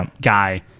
guy